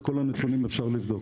את כל הנתונים אפשר לבדוק.